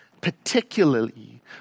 particularly